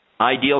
ideal